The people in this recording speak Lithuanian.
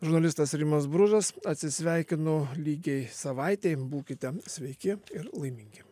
žurnalistas rimas bružas atsisveikinu lygiai savaitei būkite sveiki ir laimingi